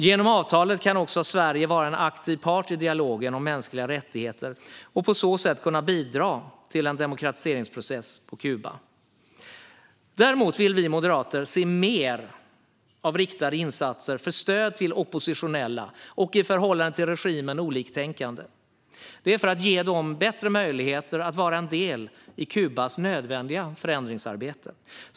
Genom avtalet kan också Sverige vara en aktiv part i dialogen om mänskliga rättigheter och på sätt bidra till en demokratiseringsprocess på Kuba. Vi moderater vill dock se fler riktade insatser till stöd för oppositionella och i förhållande till regimen oliktänkande. Det är för att ge dem bättre möjlighet att vara en del i Kubas nödvändiga förändringsarbete.